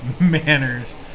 manners